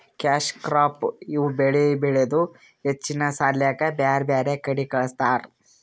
cash crop ಇವ್ ಬೆಳಿ ಬೆಳದು ಹೆಚ್ಚಿನ್ ಸಾಲ್ಯಾಕ್ ಬ್ಯಾರ್ ಬ್ಯಾರೆ ಕಡಿ ಕಳಸ್ತಾರ್